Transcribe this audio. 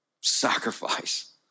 sacrifice